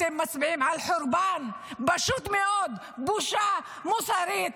אתם מצביעים על חורבן, פשוט מאוד, בושה מוסרית,